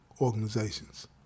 organizations